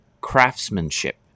craftsmanship